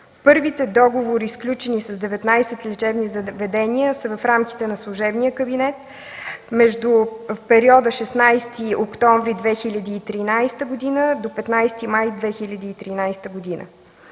Първите договори, сключени с 19 лечебни заведения, са в рамките на служебния кабинет, за периода 16 април 2013 г. до 15 май 2013 г.